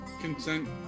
Consent